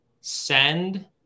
send